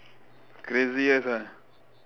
craziest ah